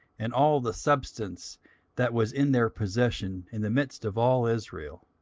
and all the substance that was in their possession, in the midst of all israel